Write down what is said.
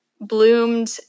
bloomed